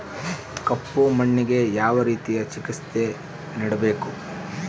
ಕಪ್ಪು ಮಣ್ಣಿಗೆ ಯಾವ ರೇತಿಯ ಚಿಕಿತ್ಸೆ ನೇಡಬೇಕು?